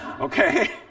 Okay